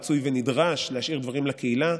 רצוי ונדרש להשאיר דברים לקהילה,